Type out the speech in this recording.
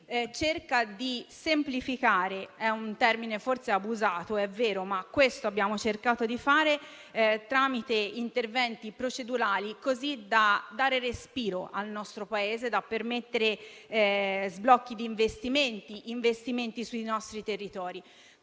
cerca di semplificare. È un termine forse abusato - è vero - ma questo abbiamo cercato di fare, tramite interventi procedurali, così da dare respiro al nostro Paese e da permettere sblocchi di investimenti sui nostri territori.